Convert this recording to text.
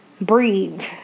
breathe